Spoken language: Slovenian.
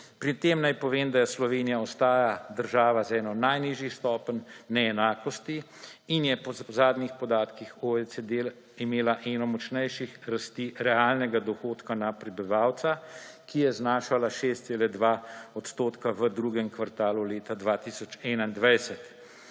Pri tem naj povem, da Slovenija ostaja država z eno najnižjih stopenj neenakosti in je po zadnjih podatkih OECD imela eno močnejših rasti realnega dohodka na prebivalca, ki je znašala 6,2 odstotka v drugem kvartalu leta 2021.